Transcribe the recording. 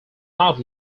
not